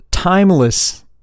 Timeless